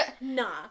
nah